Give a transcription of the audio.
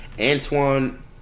Antoine